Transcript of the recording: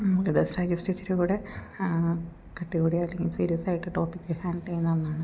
Reader's Digest ഇച്ചിരികൂടെ കട്ടികൂടിയ അല്ലെങ്കിൽ സീരിയസ് ആയിട്ട് ടോപ്പിക്ക് ഹാൻഡ് ചെയ്യുന്ന ഒന്നാണ്